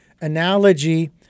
analogy